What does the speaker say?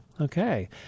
Okay